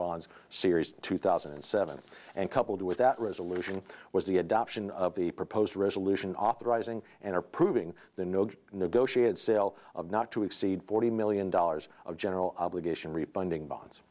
bonds series two thousand and seven and coupled with that resolution was the adoption of the proposed resolution authorizing and approving the no negotiated sale of not to exceed forty million dollars of general obligation refunding bonds